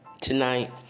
tonight